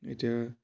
এতিয়া